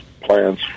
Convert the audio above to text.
plans